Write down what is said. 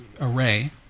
array